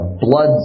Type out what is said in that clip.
blood